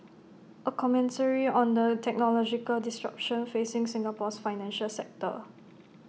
A commentary on the technological disruption facing Singapore's financial sector